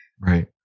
Right